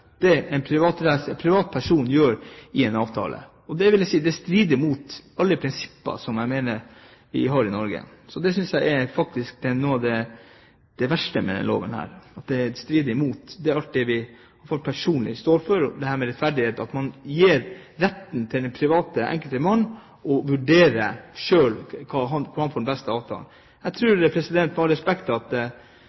det en privatperson gjør i en avtale. Jeg vil si at det strider mot alle prinsipper som jeg mener vi har i Norge. Det synes jeg er noe av det verste med denne loven, at den strider mot alt det vi personlig står for, rettferdighet, og at den enkelte mann ikke har rett til privat å vurdere selv hvilken avtale som er best. Jeg tror, med all respekt, at den enkelte menige mann og